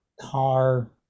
car